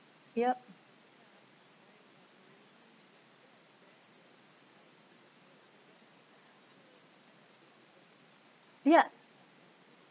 yup yup